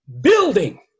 Building